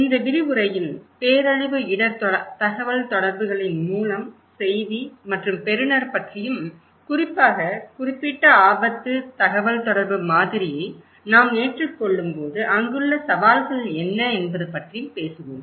இந்த விரிவுரையில் பேரழிவு இடர் தகவல்தொடர்புகளின் மூலம் செய்தி மற்றும் பெறுநர் பற்றியும் குறிப்பாக குறிப்பிட்ட ஆபத்து தகவல் தொடர்பு மாதிரியை நாம் ஏற்றுக்கொள்ளும்போது அங்குள்ள சவால்கள் என்ன என்பது பற்றி பேசுவோம்